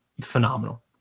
phenomenal